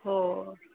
हो